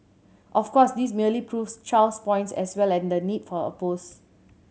of course this merely proves Chow's point as well and the need for her post